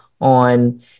On